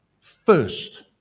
First